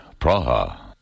Praha